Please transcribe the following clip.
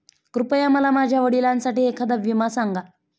कृपया मला माझ्या वडिलांसाठी एखादा विमा सांगा